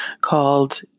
called